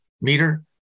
meter